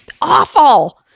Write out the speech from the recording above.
awful